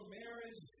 marriage